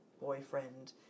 boyfriend